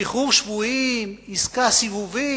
שחרור שבויים, עסקה סיבובית?